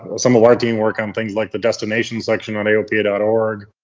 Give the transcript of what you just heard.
but some of our team work on things like the destination section on aopa but org.